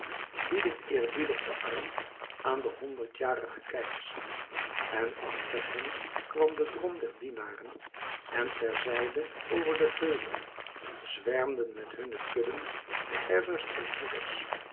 biedend eerbiedig den arm aan den honderdjarigen keyx en achter hen kwam de drom der dienaren en ter zijde over de heuvelen zwermden met hunne kudden de herders en hoeders